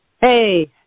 Hey